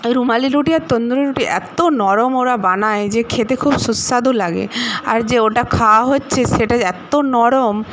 রুমালি রুটি আর তন্দুরি রুটি এতো নরম ওরা বানায় যে খেতে খুব সুস্বাদু লাগে আর যে ওটা খাওয়া হচ্ছে সেটা এত্ত নরম